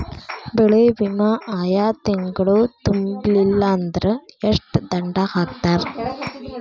ಬೆಳೆ ವಿಮಾ ಆಯಾ ತಿಂಗ್ಳು ತುಂಬಲಿಲ್ಲಾಂದ್ರ ಎಷ್ಟ ದಂಡಾ ಹಾಕ್ತಾರ?